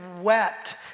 wept